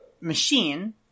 machine